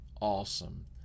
Awesome